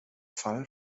fall